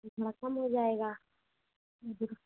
इतना कम हो जाएगा